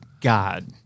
God